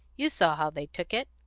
you saw how they took it.